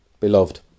Beloved